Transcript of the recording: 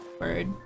Word